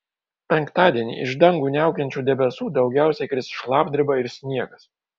penktadienį iš dangų niaukiančių debesų daugiausiai kris šlapdriba ir sniegas